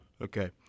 Okay